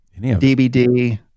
DVD